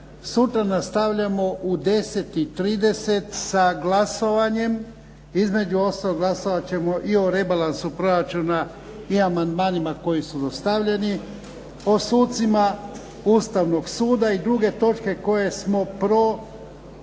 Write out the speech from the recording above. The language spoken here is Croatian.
Sutra nastavljamo u 10,30 sa glasovanje. Između ostalog glasovati ćemo i o rebalansu proračuna i amandmanima koji su dostavljeni, o sucima Ustavnog suda i druge točke koje smo prodiskutirali,